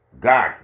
god